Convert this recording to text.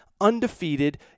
undefeated